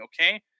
okay